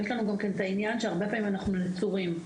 אנחנו הרבה פעמים נצורים.